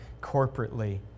corporately